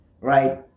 right